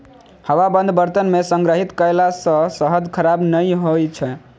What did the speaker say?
हवाबंद बर्तन मे संग्रहित कयला सं शहद खराब नहि होइ छै